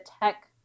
tech